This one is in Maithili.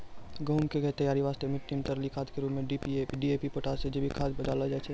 गहूम के खेत तैयारी वास्ते मिट्टी मे तरली खाद के रूप मे डी.ए.पी पोटास या जैविक खाद डालल जाय छै